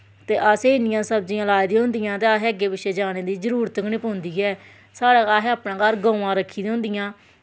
ते असैं इन्नियां सब्जियां लाई दियां होंदियां ते असैं अग्गैं पिच्छें जाने दी जरूरत गै निं पौंदी ऐ साढ़ै कश अपनै घर गवां रक्खी दियां होंदियां